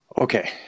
Okay